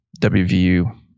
WVU